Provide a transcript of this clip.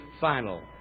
final